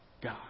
God